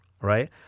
right